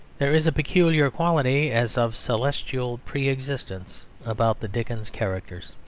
there is a peculiar quality as of celestial pre-existence about the dickens characters.